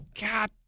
God